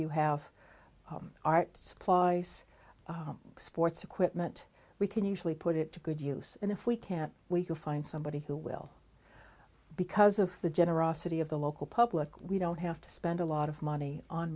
you have art supplies sports equipment we can usually put it to good use and if we can't we can find somebody who will because of the generosity of the local public we don't have to spend a lot of money on